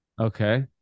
Okay